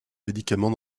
médicament